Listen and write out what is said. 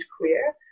queer